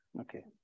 Okay